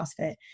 CrossFit